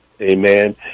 Amen